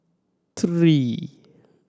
three